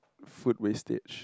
food wastage